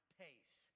pace